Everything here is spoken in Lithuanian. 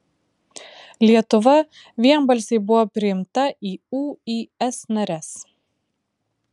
lietuva vienbalsiai buvo priimta į uis nares